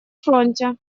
фронте